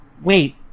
wait